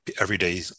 everyday